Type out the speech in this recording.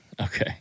Okay